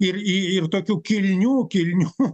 ir ir tokių kilnių kilnių